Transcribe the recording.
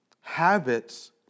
Habits